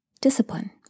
discipline